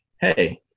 Hey